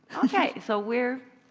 okay. so we're,